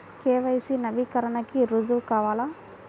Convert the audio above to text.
KYC నవీకరణకి రుజువు కావాలా?